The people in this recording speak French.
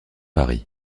paris